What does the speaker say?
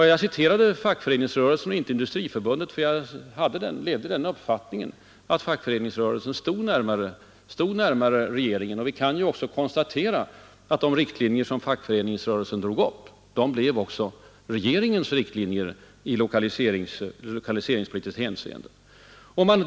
Jag citerade fackföreningsrörelsen och inte Industriförbundet därför att jag levde i den uppfattningen att fackföreningsrörelsen stod närmare regeringen. Vi kan ju konstatera att de riktlinjer som fackföreningsrörelsen drog upp också blev regeringens riktlinjer i lokaliseringspolitiskt hänseende.